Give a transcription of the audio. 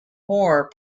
more